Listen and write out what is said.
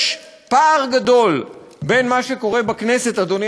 יש פער גדול בין מה שקורה בכנסת, אדוני